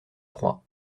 trois